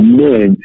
men